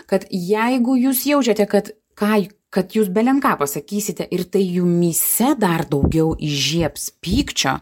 kad jeigu jūs jaučiate kad kaj kad jūs belenką pasakysite ir tai jumyse dar daugiau įžiebs pykčio